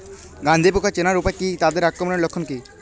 গন্ধি পোকা চেনার উপায় কী তাদের আক্রমণের লক্ষণ কী?